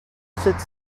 sept